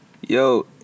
Yo